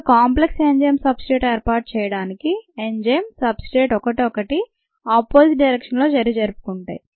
ఇక్కడ complex enzyme substrate ఏర్పాటు చేయడానికి ఎంజైమ్ సబ్ స్ర్టేట్ ఒకటికొకటి ఆపోజిట్ డైరెక్షన్లో చర్య జరుపుకుంటాయి